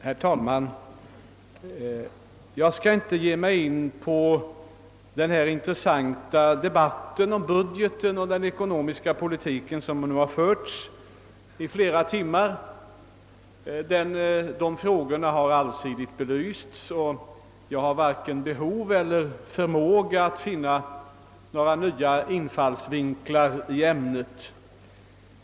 Herr talman! Jag skall inte ge mig in i den intressanta debatt om budgeten och den ekonomiska politiken som har förts i flera timmar. Dessa frågor har redan blivit allsidigt belysta, och jag varken känner behov av eller har förmåga att finna några nya infallsvinklar i det ämnet.